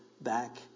back